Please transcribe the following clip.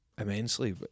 immensely